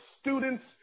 students